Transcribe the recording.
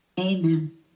Amen